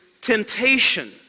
temptation